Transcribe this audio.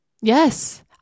Yes